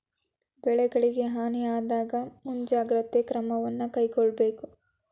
ಬೆಳೆಗಳಿಗೆ ಹಾನಿ ಆಗದಹಾಗೆ ಮುಂಜಾಗ್ರತೆ ಕ್ರಮವನ್ನು ಕೈಗೊಳ್ಳಬೇಕು